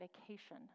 vacation